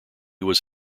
was